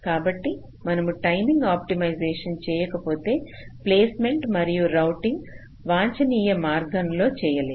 కాబట్టి మనము timing optimization చేయకపోతే ప్లేస్మెంట్ మరియు రౌటింగ్ వాంఛనీయ మార్గంలో చేయలేం